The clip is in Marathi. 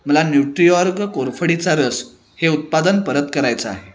मला न्यूट्रिऑर्ग कोरफडीचा रस हे उत्पादन परत करायचं आहे